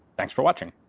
thanks for watching.